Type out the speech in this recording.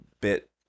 bit